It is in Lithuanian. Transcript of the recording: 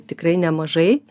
tikrai nemažai